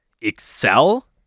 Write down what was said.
excel